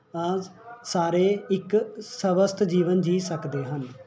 ਸਾਰੇ ਇੱਕ ਸਵੱਸਥ ਜੀਵਨ ਜੀਅ ਸਕਦੇ ਹਨ